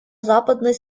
западной